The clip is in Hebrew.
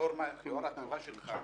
לאור התשובה שלך,